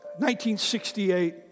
1968